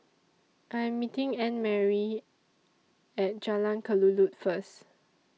I Am meeting Annmarie At Jalan Kelulut First